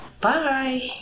Bye